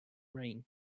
rain